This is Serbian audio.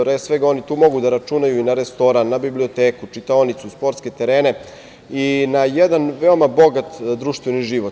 Pre svega, oni tu mogu da računaju na restoran, na biblioteku, čitaonicu, sportske terene i na jedan veoma bogat društveni život.